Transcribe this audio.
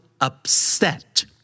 upset